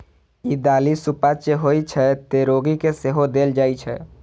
ई दालि सुपाच्य होइ छै, तें रोगी कें सेहो देल जाइ छै